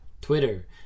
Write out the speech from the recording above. Twitter